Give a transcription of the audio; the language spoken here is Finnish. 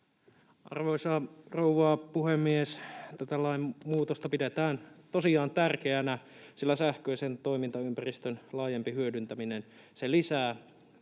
Arvoisa rouva puhemies! Tätä lainmuutosta pidetään tosiaan tärkeänä, sillä sähköisen toimintaympäristön laajempi hyödyntäminen lisää